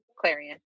clarion